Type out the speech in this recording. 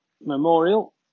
Memorial